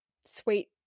Sweet